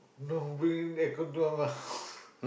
no we they could do mah